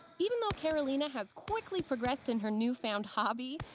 even though carolina has quickly progressed in her newfound hobby,